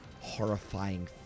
horrifying